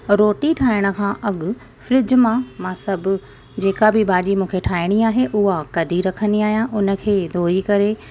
रोटी ठाहिण खां अॻु फ्रिज मां मां सभु जेका बि भाॼी मूंखे ठाहिणी आहे उहा कढी रखंदी आहियां उनखे धोई करे